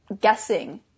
guessing